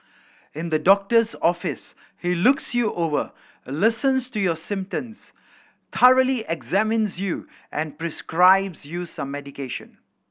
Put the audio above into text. in the doctor's office he looks you over listens to your symptoms thoroughly examines you and prescribes you some medication